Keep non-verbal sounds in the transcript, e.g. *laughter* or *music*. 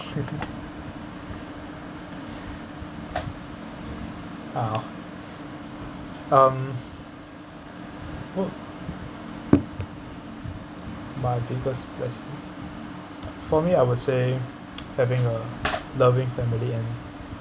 *laughs* uh um what my biggest blessing for me I would say *noise* having a loving family and